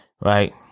right